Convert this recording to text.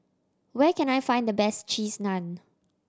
where can I find the best Cheese Naan